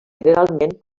generalment